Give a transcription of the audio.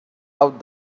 out